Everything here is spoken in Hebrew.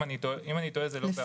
אם אני טועה, זה לא בהרבה.